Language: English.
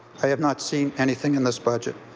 i have not seen anything in this budget.